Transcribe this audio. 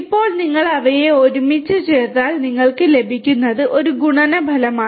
ഇപ്പോൾ നിങ്ങൾ അവയെ ഒരുമിച്ച് ചേർത്താൽ നിങ്ങൾക്ക് ലഭിക്കുന്നത് ഒരു ഗുണന ഫലമാണ്